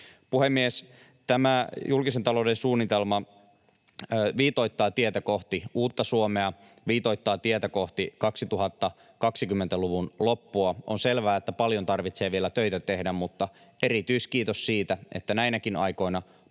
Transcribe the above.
Puhemies! Tämä julkisen talouden suunnitelma viitoittaa tietä kohti uutta Suomea, viitoittaa tietä kohti 2020-luvun loppua. On selvää, että paljon tarvitsee vielä töitä tehdä, mutta erityiskiitos siitä, että näinäkin aikoina panostamme